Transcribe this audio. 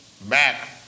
back